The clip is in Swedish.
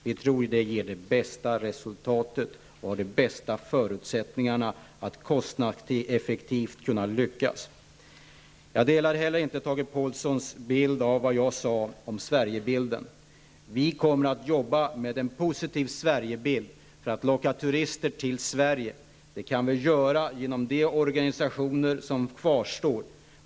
Vi tror att det ger det bästa resultatet och de bästa förutsättningarna att kostnadseffektivt lyckas. Jag delar inte heller Tage Påhlssons bild av vad jag sade om Sverigebilden. Vi kommer att jobba med en positiv Sverigebild för att locka turister till Sverige. Det kan vi göra genom de organisationer som kvarstår.